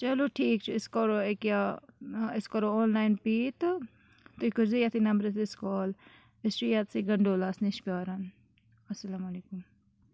چلو ٹھیٖک چھِ أسۍ کَرو ایکیٛاہ أسۍ کَرو آن لاین پے تہٕ تُہۍ کٔرۍ زیو یَتھٕے نمبرَس حظ کال أسۍ چھِ یَتسٕے گَنڈولاہَس نِش پیاران السَلامُ علیکُم